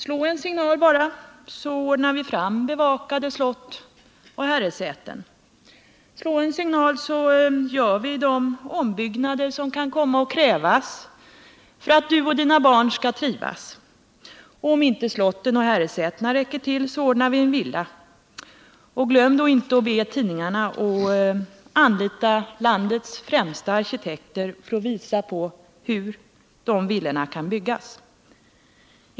Slå en signal bara, så ordnar vi fram bevakade slott och herresäten. Slå en signal, så gör vi de ombyggnader som kan komma att krävas för att du och dina barn skall trivas. Om inte slotten och herresätena räcker till, så ordnar vi en villa. Glöm då inte att be tidningarna att anlita landets främsta arkitekter för att visa hur dessa villor kan byggas.